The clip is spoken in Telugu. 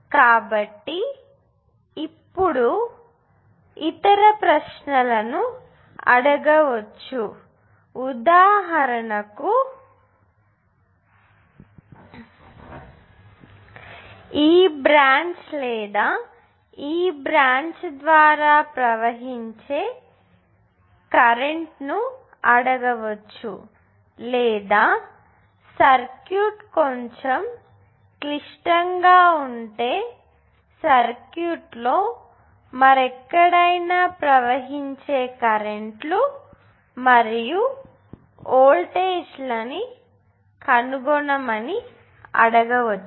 కాబట్టి ఇప్పుడు ఇతర ప్రశ్నల ను అడగవచ్చు ఉదాహరణకు ఈ బ్రాంచ్ లేదా ఈ బ్రాంచ్ ద్వారా ప్రవహించే కరెంట్ను అడగవచ్చు లేదా సర్క్యూట్ కొంచెం క్లిష్టంగా ఉంటే సర్క్యూట్లో మరెక్కడైన ప్రవహించే కరెంట్ లు మరియు వోల్టేజ్ లని కనుగొనమని అడగవచ్చు